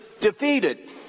defeated